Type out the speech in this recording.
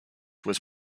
was